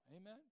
Amen